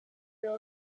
real